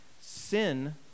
Sin